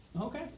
Okay